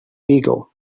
beagle